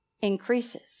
increases